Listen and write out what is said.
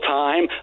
time